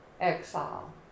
exile